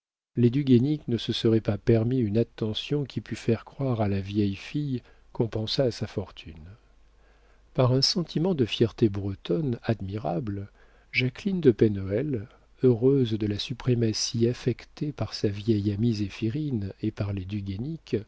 du guénic ne se seraient pas permis une attention qui pût faire croire à la vieille fille qu'on pensât à sa fortune par un sentiment de fierté bretonne admirable jacqueline de pen hoël heureuse de la suprématie affectée par sa vieille amie zéphirine et par les du